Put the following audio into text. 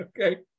Okay